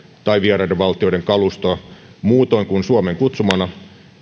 tai vieraiden valtioiden kalustoa muutoin kuin suomen kutsumana